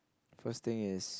first thing is